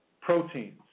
proteins